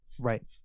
Right